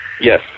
Yes